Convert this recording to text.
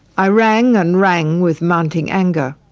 i rang and rang with mounting anger.